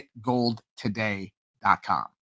getgoldtoday.com